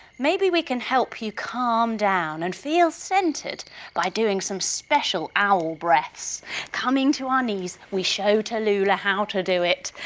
maybe we can help you calm down and feel centred by doing some special owl breaths? coming to our knees, we show tallulah how to do it.